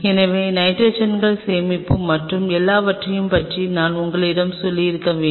எனவே நைட்ரஜன்கள் சேமிப்பு மற்றும் எல்லாவற்றையும் பற்றி நான் உங்களிடம் சொல்லியிருக்க வேண்டும்